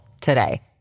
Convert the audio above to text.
today